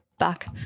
back